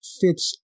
fits